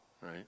right